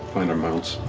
find our mounts.